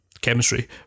chemistry